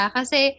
Kasi